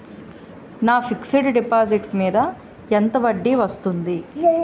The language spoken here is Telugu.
నా ఫిక్సడ్ డిపాజిట్ మీద ఎంత వడ్డీ వస్తుంది?